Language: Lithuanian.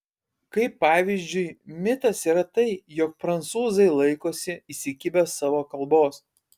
kaip pavyzdžiui mitas yra tai jog prancūzai laikosi įsikibę savo kalbos